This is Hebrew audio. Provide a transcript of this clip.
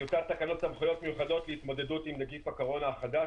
"טיוטת תקנות סמכויות מיוחדות להתמודדות עם נגיף הקורונה החדש